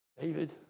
David